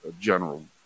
general